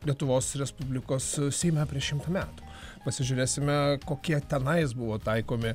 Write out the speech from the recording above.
lietuvos respublikos seime prieš šimtą metų pasižiūrėsime kokie tenais buvo taikomi